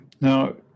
now